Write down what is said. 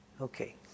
Okay